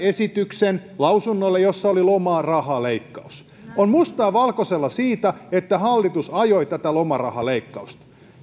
lausunnoille esityksen jossa oli lomarahaleikkaus on mustaa valkoisella siitä että hallitus ajoi tätä lomarahaleikkausta ja